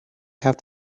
have